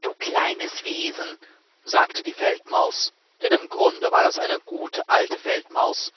du kleines wesen sagte die feldmaus denn im grunde war es eine gute alte feldmaus